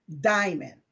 Diamond